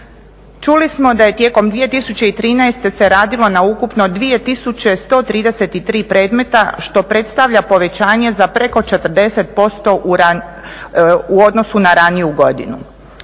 Čuli smo da je tijekom 2013. se radilo na ukupno 2133 predmeta što predstavlja povećanje za preko 40% u odnosu na raniju godinu.